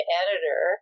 editor